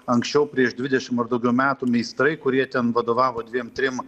anksčiau prieš dvidešim ar daugiau metų meistrai kurie ten vadovavo dviem trim